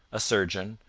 a surgeon,